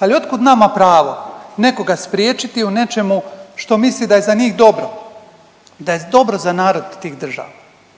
li od kuda nama pravo nekoga spriječiti u nečemu što misli da je za njih dobro, da je dobro za narod tih država.